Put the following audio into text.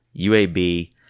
UAB